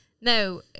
No